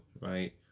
right